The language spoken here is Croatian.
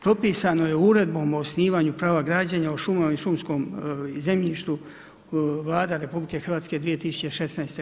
Propisano je Uredbom o osnivanju prava građenja o šumama i šumskom zemljištu Vlada RH 2016.